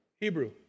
Hebrew